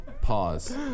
Pause